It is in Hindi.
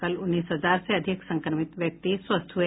कल उन्नीस हजार से अधिक संक्रमित व्यक्ति स्वथ्य हुए